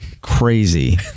crazy